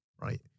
right